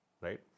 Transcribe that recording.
right